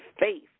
faith